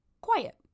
quiet